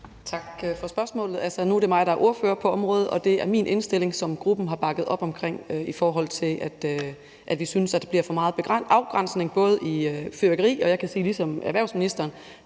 Tak. Altså, nu er det mig, der er ordfører på området, og det er min indstilling, som gruppen har bakket op omkring, i forhold til at vi synes, at der bliver for meget afgrænsning med hensyn til fyrværkeri. Jeg kan sige ligesom erhvervsministeren,